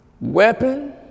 Weapon